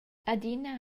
adina